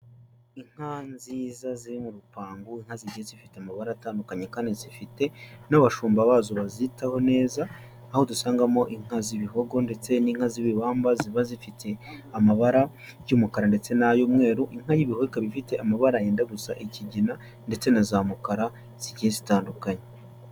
Inka nziza ziri mu rupangu, inka zigiye zifite amabara atandukanye kandi zifite n'abashumba bazo bazitaho neza. Aho dusangamo inka z'ibihogo ndetse n'inka z'ibibamba ziba zifite amabara y'umukara ndetse n'ay'umweru. Inka y'ibihogo ikaba ifite amabara yenda gusa ikigina ndetse na za mukara zigiye zitandukanye.